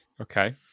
Okay